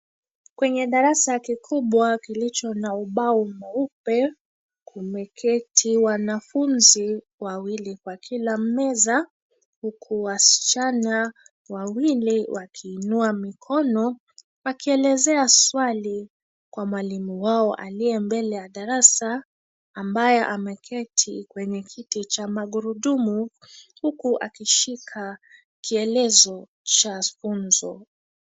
Kwenye darasa kikubwa kilicho na ubao mweupe kumeketi wanafunzi wawili kwa kila meza huku wasichana wawili wakiinua mikono wakielezea swali kwa mwalimu wao aliye mbele ya darasa ambaye ameketi kwenye kiti cha magurudumu huku akishika kielezo cha funzo.